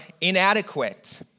inadequate